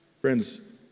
Friends